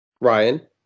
Ryan